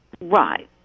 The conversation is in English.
Right